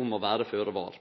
om å vere føre var.